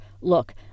Look